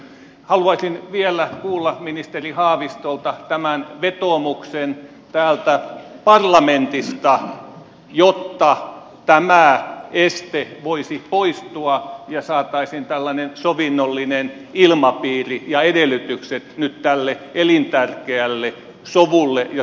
haluaisin vielä kuulla ministeri haavistolta tämän vetoomuksen täältä parlamentista jotta tämä este voisi poistua ja saataisiin tällainen sovinnollinen ilmapiiri ja edellytykset nyt tälle elintärkeälle sovulle ja työmarkkinaratkaisulle